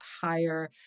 higher